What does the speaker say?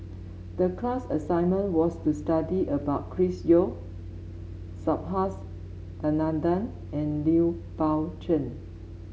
the class assignment was to study about Chris Yeo Subhas Anandan and Lui Pao Chuen